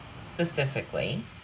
specifically